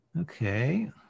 Okay